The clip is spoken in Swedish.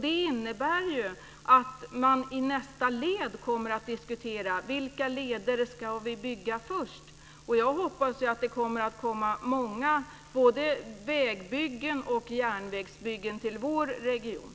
Det innebär att man i nästa steg kommer att diskutera vilka leder som ska byggas först. Jag hoppas att det kommer att bli många väg och järnvägsbyggen i vår region.